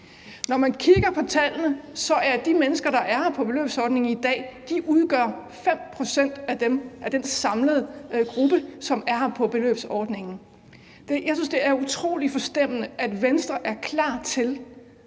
Når man kigger på tallene, udgør de mennesker fra MENAPT-landene , der er her på beløbsordningen i dag, 5 pct. af den samlede gruppe, som er her på beløbsordningen. Jeg synes, det er utrolig forstemmende, at Venstre er klar til